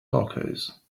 tacos